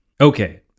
Okay